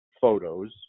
photos